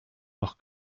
noch